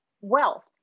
wealth